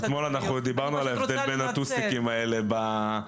אז אתמול אנחנו דיברנו על ההבדל בין הטוסיקים האלה בוועדת הכלכלה.